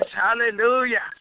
Hallelujah